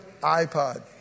iPod